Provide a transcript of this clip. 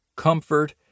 comfort